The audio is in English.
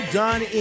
done